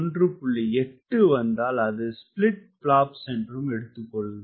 8 வந்தால் அது split flaps என்றும் எடுத்துக்கொள்க